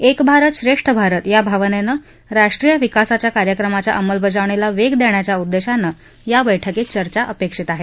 एक भारत श्रेष्ठ भारत याभावनेनं राष्ट्रीय विकासाच्या कार्यक्रमाच्या अंमलबजावणीला वेग देण्याच्या उद्देशानं याबैठकीत चर्चा अपेक्षित आहेत